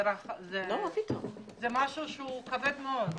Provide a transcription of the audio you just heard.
זה נושא כבד מאוד.